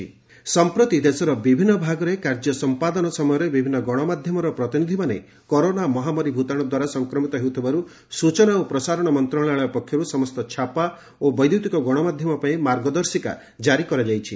କେନ୍ଦ୍ର ସରକାରଙ୍କ ମାର୍ଗଦର୍ଶିକା ସଂପ୍ରତି ଦେଶର ବିଭିନୁ ଭାଗରେ କାର୍ଯ୍ୟ ସଂପାଦନ ସମୟରେ ବିଭିନୁ ଗଣମାଧ୍ଧମର ପ୍ରତିନିଧିମାନେ କରୋନା ମହାମାରୀ ଭୂତାଶୁ ଦ୍ୱାରା ସଂକ୍ରମିତ ହେଉଥିବାରୁ ସୂଚନା ଓ ପ୍ରସାରଣ ମନ୍ତଶାଳୟ ପକ୍ଷରୁ ସମସ୍ତ ଛାପା ଓ ବୈଦ୍ୟୁତିକ ଗଶମାଧ୍ଧମ ପାଇଁ ମାର୍ଗଦର୍ଶିକା ଜାରି କରାଯାଇଛି